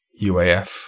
UAF